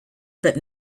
but